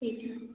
ठीक है